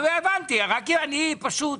מדובר על הגידול הקטן ביותר.